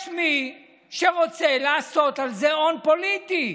יש מי שרוצה לעשות על זה הון פוליטי.